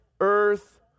earth